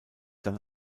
dann